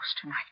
tonight